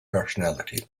personality